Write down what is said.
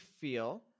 feel